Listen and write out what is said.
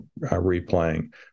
replaying